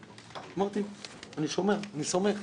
אמרתי: אני שומע, אני סומך,